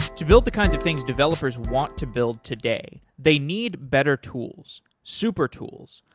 to build the kind of things developers want to build today, they need better tools, super tools,